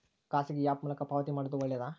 ಖಾಸಗಿ ಆ್ಯಪ್ ಮೂಲಕ ಪಾವತಿ ಮಾಡೋದು ಒಳ್ಳೆದಾ?